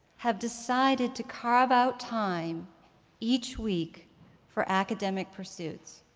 have decided to carve out time each week for academic pursuits.